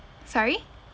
sorry